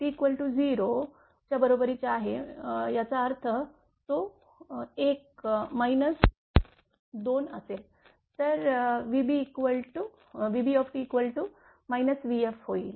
t 0 च्या बरोबरीचे आहे याचा अर्थ तो 1 मायनस 2 असेल तर vbt vfहोईल